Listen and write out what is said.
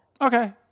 Okay